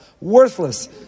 Worthless